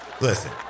Listen